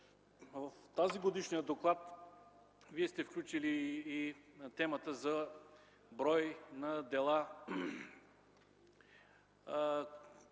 в тазгодишния доклад Вие сте включили и темата брой на дела,